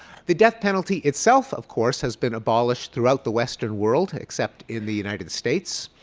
the death penalty itself, of course, has been abolished throughout the western world except in the united states.